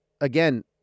again